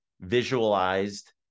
visualized